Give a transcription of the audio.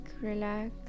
relax